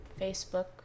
facebook